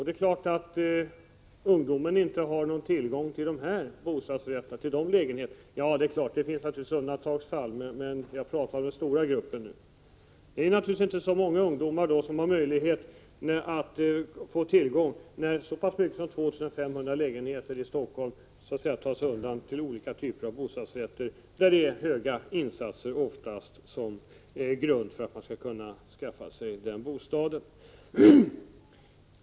Det är klart att ungdomen inte har tillgång till dessa lägenheter — givetvis finns det undantagsfall, men jag talar nu om den stora gruppen. Självfallet är det inte särskilt många ungdomar som har möjlighet att få en lägenhet när det i Stockholm är ett så stort antal lägenheter som 2 500 som tas undan till olika slag av bostadsrätt. En hög insats är ju oftast grunden för att man skall kunna skaffa sig en sådan bostad.